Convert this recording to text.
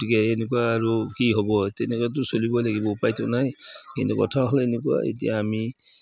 গতিকে এনেকুৱা আৰু কি হ'ব তেনেকুৱাটো চলিবই লাগিব উপাইতো নাই কিন্তু কথা হ'লে এনেকুৱা এতিয়া আমি